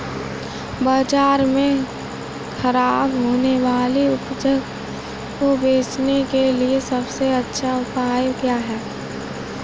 बाजार में खराब होने वाली उपज को बेचने के लिए सबसे अच्छा उपाय क्या है?